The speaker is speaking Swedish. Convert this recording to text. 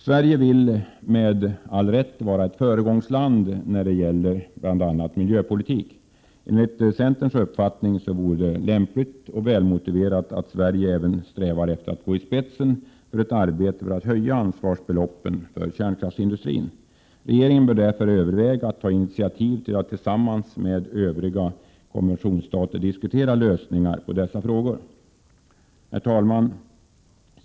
Sverige vill med all rätt vara ett föregångsland bl.a. när det gäller miljöpolitik. Enligt centerns mening vore det lämpligt och välmotiverat att Sverige även strävade efter att gå i spetsen för ett arbete för att höja ansvarsbeloppen för kärnkraftsindustrin. Regeringen bör därför överväga att ta initiativ till att tillsammans med övriga konventionsstater diskutera lösningar på dessa frågor. Herr talman!